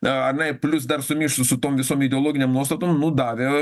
anai plius dar sumišus su tom visom ideologinėm nuostatom nu davė